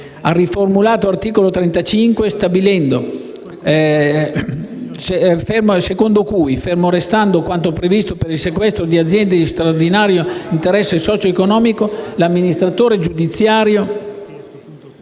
35 del codice antimafia, secondo cui, fermo restando quanto previsto per il sequestro di aziende di straordinario interesse socioeconomico, l'amministratore giudiziario